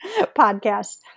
podcast